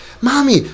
mommy